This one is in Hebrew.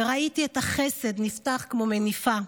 / וראיתי את החסד / נפתח כמו מניפה.